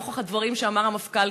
נוכח הדברים שאמר המפכ"ל,